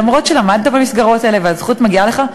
אף שלמדת במסגרות האלה והזכות מגיעה לך,